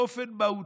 באופן מהותי.